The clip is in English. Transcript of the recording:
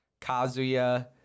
Kazuya